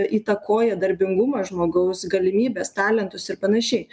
įtakoja darbingumą žmogaus galimybes talentus ir panašiai